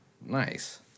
Nice